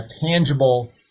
tangible